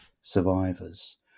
survivors